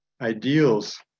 ideals